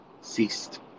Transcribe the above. ceased